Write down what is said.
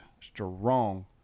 strong